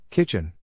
Kitchen